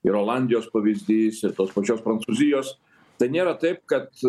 ir olandijos pavyzdys ir tos pačios prancūzijos tai nėra taip kad